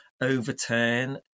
overturn